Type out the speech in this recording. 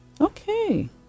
Okay